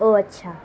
او اچھا